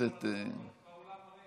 אדוני היושב-ראש,